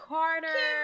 Carter